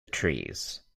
trees